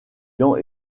dents